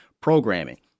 programming